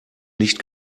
nicht